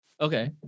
Okay